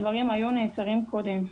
הדברים היו נעצרים קודם,